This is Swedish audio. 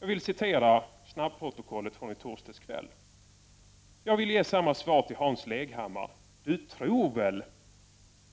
Jag vill citera snabbprotokollet från i torsdags kväll: ”Jag vill ge samma svar till Hans Leghammar: Du tror väl